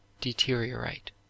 deteriorate